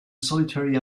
solitary